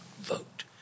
vote